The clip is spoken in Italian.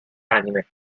anime